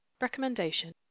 Recommendation